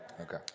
Okay